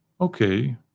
okay